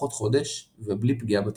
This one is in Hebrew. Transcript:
לפחות חודש ובלי פגיעה בתפקוד.